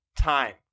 time